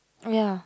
ya